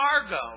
cargo